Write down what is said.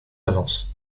avance